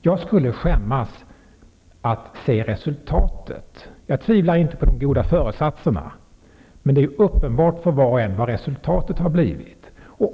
Jag skulle skämmas över att se resultatet av detta. Jag tvivlar inte på de goda föresatserna, men det är uppenbart för var och en vad resultatet har blivit.